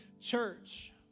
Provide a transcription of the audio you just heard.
church